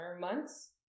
months